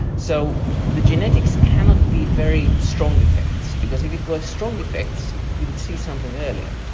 so the genetics cannot be very strong effects because if it was strong effects you would see something earlier.